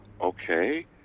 Okay